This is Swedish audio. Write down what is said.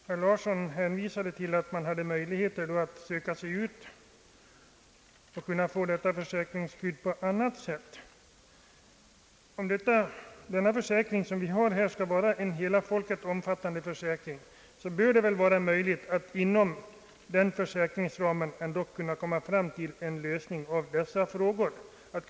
Herr talman! Herr Lars Larsson nämnde att det finns möjlighet att få detta försäkringsskydd på annat sätt. Men om den allmänna försäkringen skall vara en hela folket omfattande försäkring, bör det väl vara möjligt att inom dess ram komma fram till en lösning som ger valfrihet.